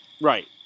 Right